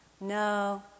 no